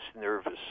nervous